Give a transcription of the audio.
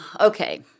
Okay